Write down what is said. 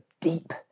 deep